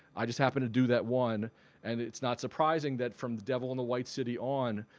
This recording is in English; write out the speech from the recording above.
i just happen to do that one and it's not surprising that from the devil in the white city on,